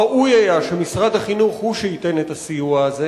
ראוי היה שמשרד החינוך הוא שייתן את הסיוע הזה.